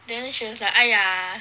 then she was like !aiya!